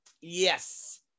Yes